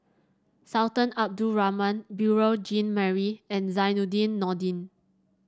Sultan Abdul Rahman Beurel Jean Marie and Zainudin Nordin